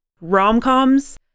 rom-coms